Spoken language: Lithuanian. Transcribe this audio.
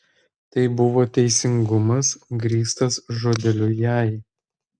tai buvo teisingumas grįstas žodeliu jei